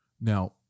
Now